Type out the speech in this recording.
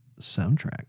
soundtrack